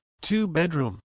two-bedroom